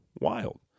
Wild